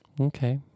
Okay